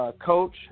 Coach